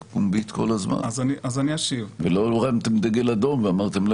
פומבית כל הזמן ולא הרמתם דגל אדום ואמרתם "לא